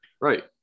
Right